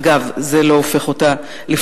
אגב, זה בשום אופן לא הופך אותה ללגיטימית.